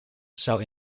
zou